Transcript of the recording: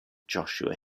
joshua